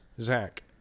Zach